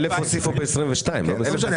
1,000 הוסיפו בשנת 2022. לא ב-2021.